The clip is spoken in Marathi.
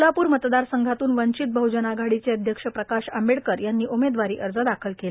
सोलाप्र मतदार संघातून वंचित बहजन आघाडीचे अध्यक्ष प्रकाश आंबेडकर यांनी उमेदवारी अर्ज दाखल केला